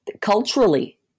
culturally